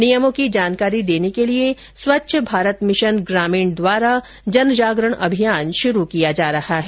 नियमों की जानकारी देने के लिए स्वच्छ भारत मिशन ग्रामीण द्वारा जनजागरण अभियान शुरू किया जा रहा है